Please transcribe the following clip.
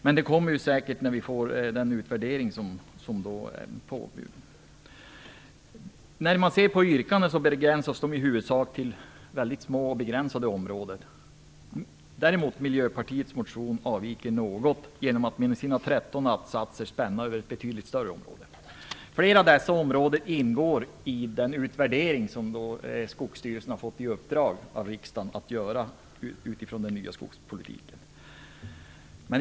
Men fler motioner kommer säkert att väckas när vi får utvärderingen. Yrkandena begränsas i huvudsak till mycket små områden. Miljöpartiets motion däremot avviker något genom att med sina 13 att-satser spänna över ett betydligt större område. Flera av dessa områden ingår i den utvärdering som Skogsstyrelsen har fått i uppdrag av riksdagen att göra utifrån den nya skogspolitiken.